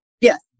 Yes